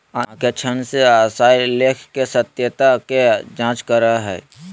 अंकेक्षण से आशय लेख के सत्यता के जांच करे के हइ